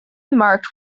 marked